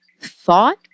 thought